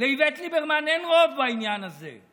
לאיווט ליברמן אין רוב בעניין הזה.